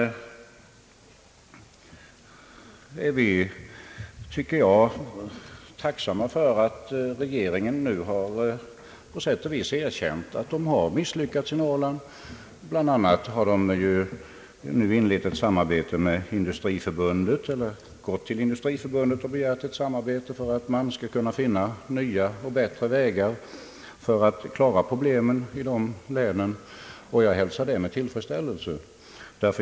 Vi är tacksamma för att regeringen nu på sätt och vis har erkänt att man har misslyckats i Norrland. Bl.a. har regeringen begärt samarbete med Industriförbundet för att finna nya och bättre vägar att klara problemen i dessa län. Jag hälsar det med tillfredsställelse.